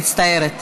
מצטערת.